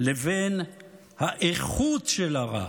לבין האיכות של הרע.